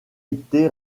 été